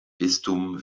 bistum